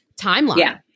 timeline